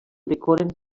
decoren